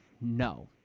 no